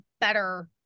better